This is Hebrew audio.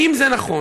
האם זה נכון,